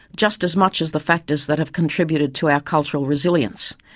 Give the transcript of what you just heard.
just as much as the factors that have contributed to our cultural resilience.